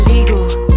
illegal